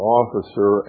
officer